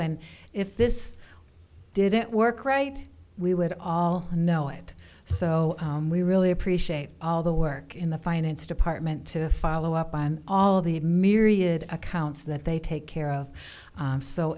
and if this didn't work right we would all know it so we really appreciate all the work in the finance department to follow up on all the myriad accounts that they take care of